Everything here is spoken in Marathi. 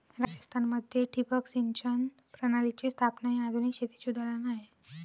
राजस्थान मध्ये ठिबक सिंचन प्रणालीची स्थापना हे आधुनिक शेतीचे उदाहरण आहे